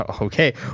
okay